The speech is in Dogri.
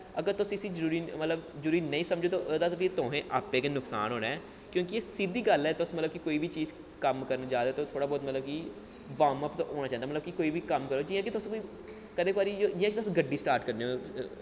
अगर तुस इसी जरूरी मतलब जरूरी नेईं समझदे ओ ते ओह्दा फ्ही तुसेंगी आपें गै नकसान होना ऐ क्योंकि एह् सिद्धी गल्ल ऐ तुस मतलब कोई बी चीज कम्म करन जा दे ओ ते थोह्ड़ा बौह्त मतलब कि वार्मअप ते होना चाहिदा मतलब कि कोई बी कम्म करो जियां कि तुस कोई कदें जियां कि तुस गड्डी स्टार्ट करने ओ